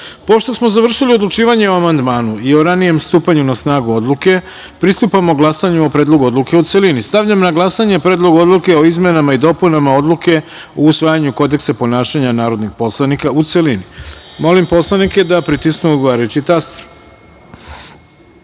smo završili odlučivanje o amandmanu i o ranijem stupanju na snagu odluke, pristupamo glasanju o Predlogu odluke u celini. Stavljam na glasanje Predlog odluke o izmenama i dopunama Odluke o usvajanju Kodeksa ponašanja narodnih poslanika, u celini. Molim poslanike da pritisnu odgovarajući